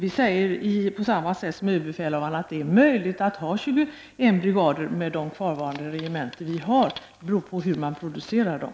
Vi säger, på samma sätt som överbefälhavaren, att det är möjligt att ha 21 brigader med de kvarvarande regementena. Det beror på hur man producerar dem.